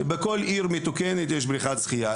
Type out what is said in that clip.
שבכל עיר מתוקנת יש בריכת שחיה,